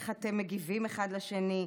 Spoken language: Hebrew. איך אתם מגיבים אחד לשני.